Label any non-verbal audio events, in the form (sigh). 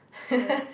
(laughs)